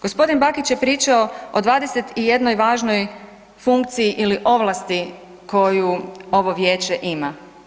G. Bakić je pričao o 21 važnoj funkciji ili ovlasti koju ovo Vijeće ima.